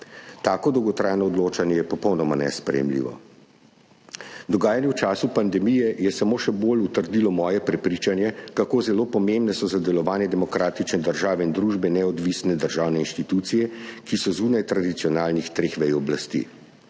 Tako dolgotrajno odločanje je popolnoma nesprejemljivo. Dogajanje v času pandemije je samo še bolj utrdilo moje prepričanje, kako zelo pomembne so za delovanje demokratične države in družbe neodvisne državne institucije, ki so zunaj tradicionalnih treh vej oblasti.